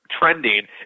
trending